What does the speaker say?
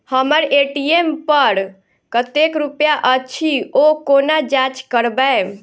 हम्मर ए.टी.एम पर कतेक रुपया अछि, ओ कोना जाँच करबै?